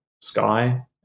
sky